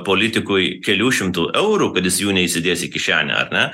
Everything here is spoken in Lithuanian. politikui kelių šimtų eurų kad jis jų neįsidės į kišenę ar ne